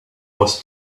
was